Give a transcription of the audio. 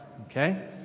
Okay